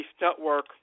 Network